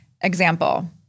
example